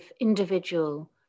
individual